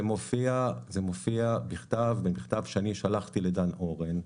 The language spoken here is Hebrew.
זה מופיע בכתב במכתב שאני שלחתי לדן אורן.